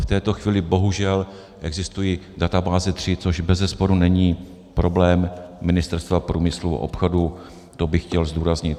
V této chvíli bohužel existují databáze tři, což bezesporu není problém Ministerstva průmyslu a obchodu, to bych chtěl zdůraznit.